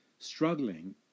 struggling